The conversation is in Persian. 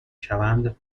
شوند